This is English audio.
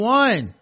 one